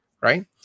right